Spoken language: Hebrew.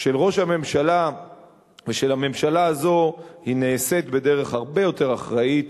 של ראש הממשלה ושל הממשלה הזאת נעשים בדרך הרבה יותר אחראית